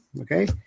okay